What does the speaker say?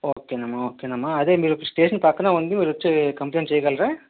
ఓకేనమ్మా ఓకేనమ్మా అదే మీరు స్టేషన్ పక్కనే ఉంది మీరొచ్చి కంప్లైంట్ చేయగలరా